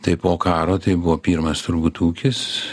tai po karo tai buvo pirmas turbūt ūkis